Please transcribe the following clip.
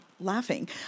laughing